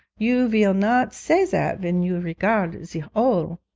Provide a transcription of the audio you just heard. you vill not say zat ven you regard ze ole.